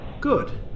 good